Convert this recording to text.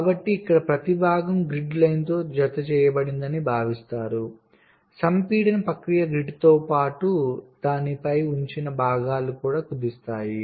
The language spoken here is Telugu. కాబట్టి ఇక్కడ ప్రతి భాగం గ్రిడ్ లైన్తో జతచేయబడిందని భావిస్తారు సంపీడన ప్రక్రియ గ్రిడ్తో పాటు దానిపై ఉంచిన అన్ని భాగాలను కుదిస్తుంది